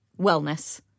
wellness